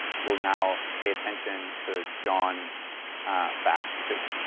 we'll now pay attention to john facts, too.